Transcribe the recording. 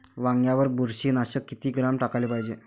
वांग्यावर बुरशी नाशक किती ग्राम टाकाले पायजे?